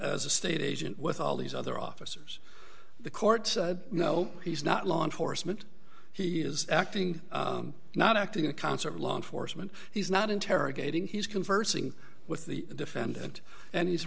as a state agent with all these other officers the court said no he's not law enforcement he is acting not acting in concert law enforcement he's not interrogating he's conversing with the defendant and h